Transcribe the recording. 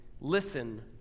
Listen